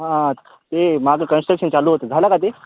हां ते मागं कनस्ट्रक्शन चालू होतं झालं का ते